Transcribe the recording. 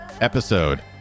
episode